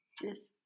Yes